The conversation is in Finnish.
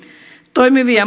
toimivia